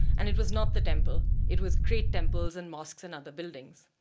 and it was not the temple, it was great temples and mosques and other buildings.